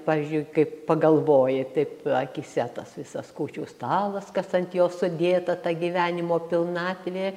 pavyzdžiui kai pagalvoji taip akyse tas visas kūčių stalas kas ant jos sudėta ta gyvenimo pilnatvė